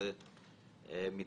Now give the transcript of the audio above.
מורכבת, אבל זה קורה.